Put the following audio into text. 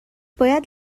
باید